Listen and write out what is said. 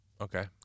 Okay